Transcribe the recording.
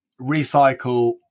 recycle